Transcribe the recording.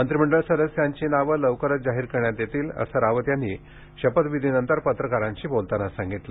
मंत्रीमंडळ सदस्यांची नावे लवकरच जाहीर करण्यात येतील असे रावत यांनी शपथविधीनंतर पत्रकारांना सांगितले